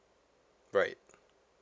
right